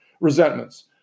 Resentments